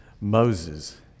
Moses